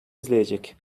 izleyecek